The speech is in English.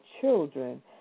children